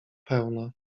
pełna